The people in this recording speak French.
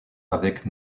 avec